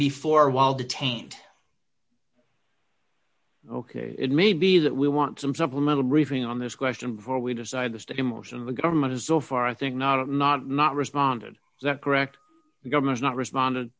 before while detained ok it may be that we want some supplemental briefing on this question before we decide this to him or some of the government is so far i think not not not responded that correct the government's not respond